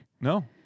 No